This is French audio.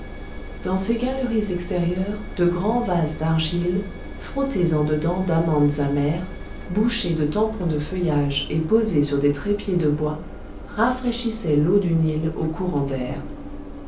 dans ces galeries extérieures de grands vases d'argile frottés en dedans d'amandes amères bouchés de tampons de feuillage et posés sur des trépieds de bois rafraîchissaient l'eau du nil aux courants d'air